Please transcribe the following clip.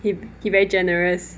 he he very generous